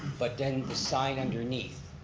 but then the sign underneath,